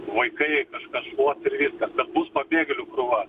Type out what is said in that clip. vaikai kažkas šluos ir viskas bet bus pabėgėlių krūva